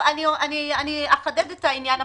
אני אחדד את העניין הפרוצדורלי.